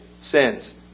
sins